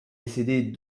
décédés